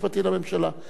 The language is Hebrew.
אתה מקבל דבר,